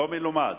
לא מלומד,